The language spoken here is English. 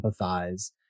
empathize